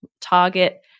target